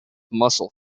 muscle